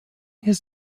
his